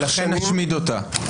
ולכן נשמיד אותה.